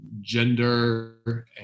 gender